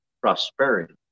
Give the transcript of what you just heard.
Prosperity